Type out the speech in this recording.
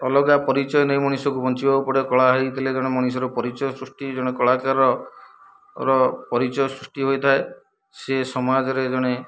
ଅଲଗା ପରିଚୟ ନେଇ ମଣିଷକୁ ବଞ୍ଚିବାକୁ ପଡ଼େ କଳା ହେଇଥିଲେ ଜଣେ ମଣିଷର ପରିଚୟ ସୃଷ୍ଟି ଜଣେ କଳାକାରର ପରିଚୟ ସୃଷ୍ଟି ହୋଇଥାଏ ସିଏ ସମାଜରେ ଜଣେ